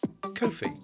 Ko-Fi